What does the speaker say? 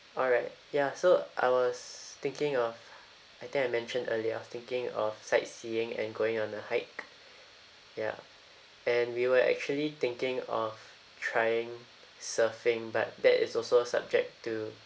alright ya so I was thinking of I think I mentioned earlier I was thinking of sightseeing and going on a hike ya and we were actually thinking of trying surfing but that is also subject to